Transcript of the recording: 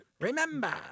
Remember